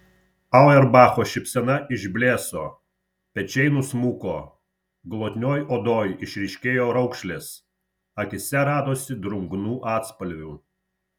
auerbacho šypsena išblėso pečiai nusmuko glotnioj odoj išryškėjo raukšlės akyse radosi drungnų atspalvių